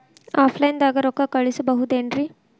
Offline ದಾಗ ರೊಕ್ಕ ಕಳಸಬಹುದೇನ್ರಿ?